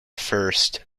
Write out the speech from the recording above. first